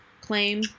claim